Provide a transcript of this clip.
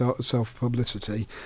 self-publicity